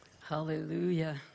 Hallelujah